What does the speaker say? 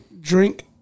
drink